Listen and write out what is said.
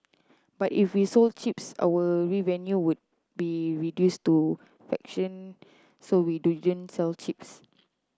but if we sold chips our revenue would be reduce to fraction so we sell chips